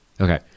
Okay